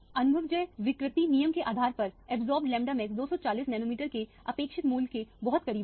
अनुभवजन्य विकृति नियम के आधार पर अब्जॉर्ब लैंबडा मैक्स 240 नैनोमीटर के अपेक्षित मूल्य के बहुत करीब है